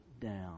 down